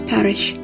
Parish